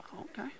Okay